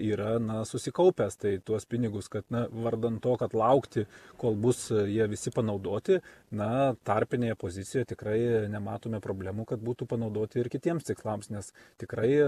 yra na susikaupęs tai tuos pinigus kad na vardan to kad laukti kol bus jie visi panaudoti na tarpinė pozicija tikrai nematome problemų kad būtų panaudoti ir kitiems tikslams nes tikrai